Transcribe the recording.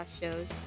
shows